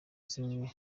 zimwe